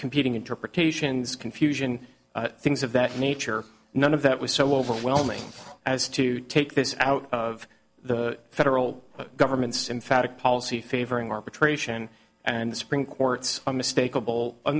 competing interpretations confusion things of that nature none of that was so overwhelming as to take this out of the federal government's in fact policy favoring arbitration and the supreme court's a mistake a bowl